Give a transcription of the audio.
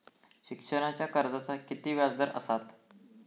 शिक्षणाच्या कर्जाचा किती व्याजदर असात?